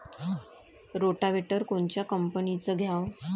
Rotavator कोनच्या कंपनीचं घ्यावं?